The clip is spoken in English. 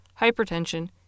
hypertension